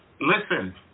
listen